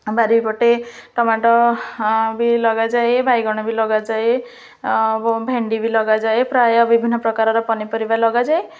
ବାଡ଼ି ପଟେ ଟମାଟୋ ବି ଲଗାଯାଏ ବାଇଗଣ ବି ଲଗାଯାଏ ଭେଣ୍ଡି ବି ଲଗାଯାଏ ପ୍ରାୟ ବିଭିନ୍ନ ପ୍ରକାରର ପନିପରିବା ଲଗାଯାଏ